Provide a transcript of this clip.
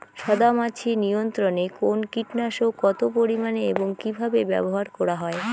সাদামাছি নিয়ন্ত্রণে কোন কীটনাশক কত পরিমাণে এবং কীভাবে ব্যবহার করা হয়?